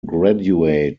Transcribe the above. graduate